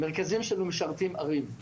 המרכזים שלנו משרתים ערים.